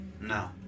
No